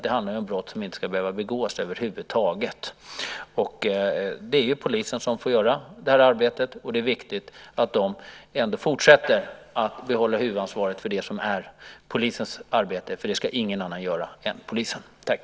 Det handlar ju om brott som över huvud taget inte ska behöva begås. Och det är polisen som får göra detta arbete, och det är viktigt att polisen ändå fortsätter att ha huvudansvaret för det som är polisens arbete. Det ska ingen annan än polisen göra.